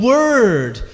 Word